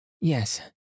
yes